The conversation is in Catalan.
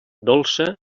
dolça